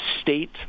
State